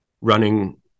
running